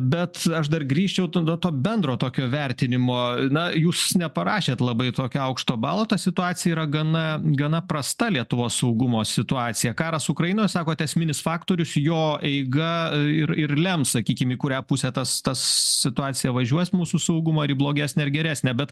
bet aš dar grįžčiau tada to bendro tokio vertinimo na jūs neparašėt labai tokio aukšto balo ta situacija yra gana gana prasta lietuvos saugumo situacija karas ukrainoj sakote esminis faktorius jo eiga ir ir lems sakykim į kurią pusę tas tas situacija važiuos mūsų saugumo ar į blogesnę ar geresnę bet